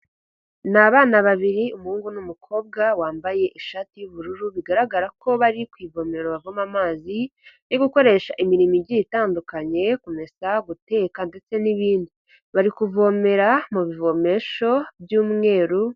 Ni abana babiri, umuhungu n'umukobwa wambaye ishati y'ubururu, bigaragara ko bari ku ivomero bavoma amazi, yo gukoresha imirimo igiye itandukanye, kumesa, guteka ndetse n'ibindi, bari kuvomera mu bivomesho by'umweru.